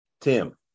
Tim